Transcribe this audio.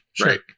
right